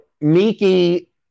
Miki